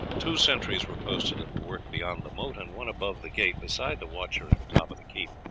two sentries were posted at the work beyond the moat, and one above the gate, besides the watcher at the top of the keep.